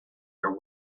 are